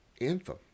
anthem